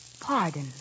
pardon